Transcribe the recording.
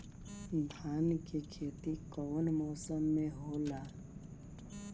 धान के खेती कवन मौसम में होला?